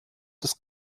des